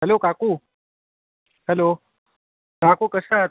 hello काकू hello काकू कशा आहात